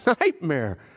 nightmare